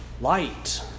Light